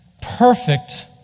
perfect